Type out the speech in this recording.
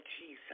Jesus